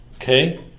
Okay